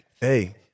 Hey